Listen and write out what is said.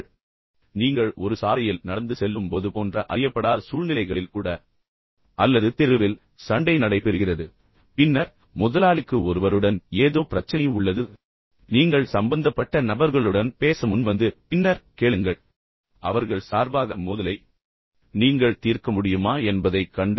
பின்னர் நீங்கள் ஒரு சாலையில் நடந்து செல்லும்போது போன்ற அறியப்படாத சூழ்நிலைகளில் கூட அல்லது அக்கம்பக்கத்தில் ஒரு சண்டை உள்ளது தெருவில் சண்டை நடைபெறுகிறது பின்னர் முதலாளிக்கு ஒருவருடன் ஏதோ பிரச்சனை உள்ளது நீங்கள் சம்பந்தப்பட்ட நபர்களுடன் பேச முன்வந்து பின்னர் கேளுங்கள் பின்னர் அவர்கள் சார்பாக மோதலை நீங்கள் தீர்க்க முடியுமா என்பதைக் கண்டறியவும்